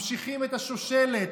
ממשיכים את השושלת,